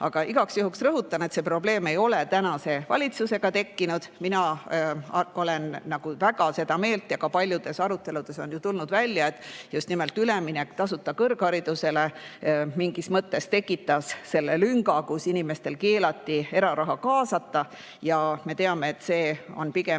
Aga igaks juhuks rõhutan, et see probleem ei ole tekkinud praeguse valitsuse ajal. Mina olen väga seda meelt ja ka paljudes aruteludes on tulnud välja, et just nimelt üleminek tasuta kõrgharidusele mingis mõttes tekitas selle lünga, kus inimestel keelati eraraha kaasata, ja me teame, et see on pigem